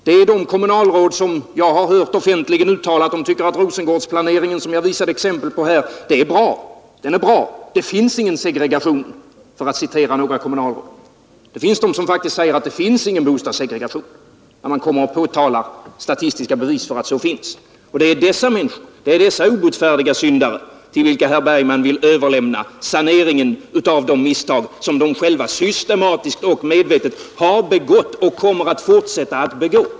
Det är de kommunalråd som jag har hört offentligen uttala att de tycker att Rosengårdsplaneringen, som jag visade exempel på här, är bra. Det finns ingen segregation, för att citera några kommunalråd. Det finns de som faktiskt säger att vi har ingen bostadssegregation, när man kommer med statistiska bevis för att den existerar. Det är till dessa obotfärdiga syndare herr Bergman vill överlämna att avhjälpa de misstag som de systematiskt och medvetet har begått och kommer att fortsätta att begå.